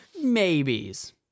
maybes